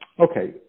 Okay